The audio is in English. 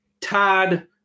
Todd